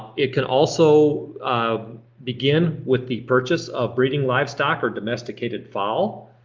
it can also begin with the purchase of breeding livestock or domesticated fowl.